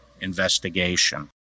investigation